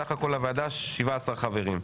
סך הכול לוועדה 17 חברים.